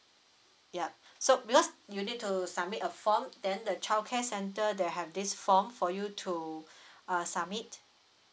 ya so because you need to submit a form then the childcare centre they have this form for you to uh submit